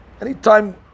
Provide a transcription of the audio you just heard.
Anytime